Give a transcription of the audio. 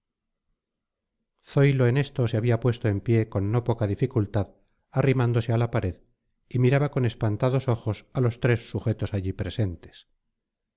zoilo en esto se había puesto en pie con no poca dificultad arrimándose a la pared y miraba con espantados ojos a los tres sujetos allí presentes